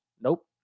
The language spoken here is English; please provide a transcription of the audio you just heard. Nope